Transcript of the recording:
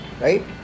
right